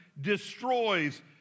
destroys